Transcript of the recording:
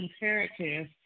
imperative